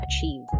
achieve